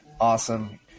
Awesome